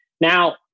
Now